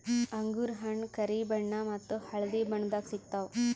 ಅಂಗೂರ್ ಹಣ್ಣ್ ಕರಿ ಬಣ್ಣ ಮತ್ತ್ ಹಳ್ದಿ ಬಣ್ಣದಾಗ್ ಸಿಗ್ತವ್